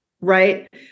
right